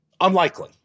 unlikely